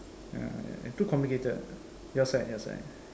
ya and too complicated your side your side